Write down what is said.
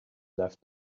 left